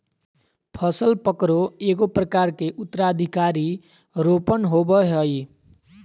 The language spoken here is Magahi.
फसल पकरो एगो प्रकार के उत्तराधिकार रोपण होबय हइ